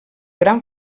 gran